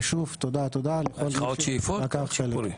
ושוב, לכל מי שלקח חלק.